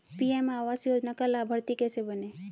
PM आवास योजना का लाभर्ती कैसे बनें?